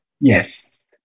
Yes